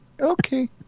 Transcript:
okay